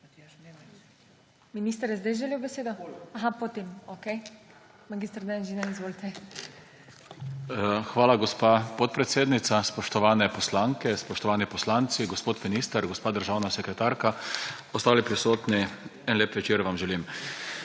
Hvala, gospa podpredsednica. Spoštovane poslanke, spoštovani poslanci, gospod minister, gospa državna sekretarka, ostali prisotni, en lep večer vam želim!